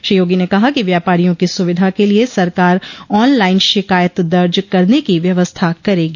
श्री योगी ने कहा कि व्यापारियों की सुविधा के लिए सरकार ऑन लाइन शिकायत दर्ज करने की व्यवस्था करेगी